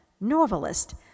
novelist